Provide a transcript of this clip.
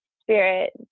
spirit